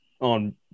on